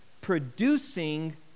producing